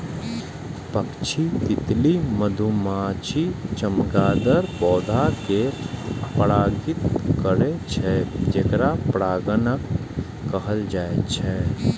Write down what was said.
पक्षी, तितली, मधुमाछी, चमगादड़ पौधा कें परागित करै छै, जेकरा परागणक कहल जाइ छै